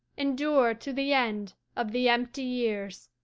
endure to the end of the empty years,